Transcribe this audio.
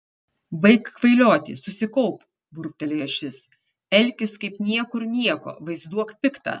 baik kvailioti susikaupk burbtelėjo šis elkis kaip niekur nieko vaizduok piktą